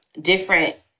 Different